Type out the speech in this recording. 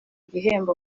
gihembo